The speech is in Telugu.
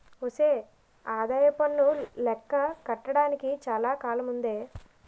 ఒసే ఆదాయప్పన్ను లెక్క కట్టడానికి చాలా కాలముందే